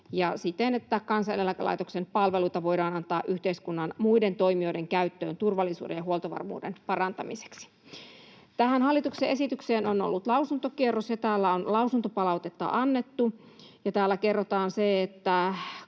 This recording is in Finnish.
siten, että Kansaneläkelaitoksen palveluita voidaan antaa yhteiskunnan muiden toimijoiden käyttöön turvallisuuden ja huoltovarmuuden parantamiseksi. Tähän hallituksen esitykseen on ollut lausuntokierros, ja täällä on lausuntopalautetta annettu. Täällä kerrotaan se, että